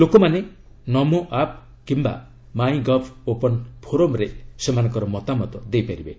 ଲୋକମାନେ 'ନମୋ ଆପ୍' କିି୍ୟା 'my gov open ଫୋରମ୍'ରେ ସେମାନଙ୍କର ମତାମତ ଦେଇପାରିବେ